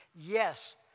Yes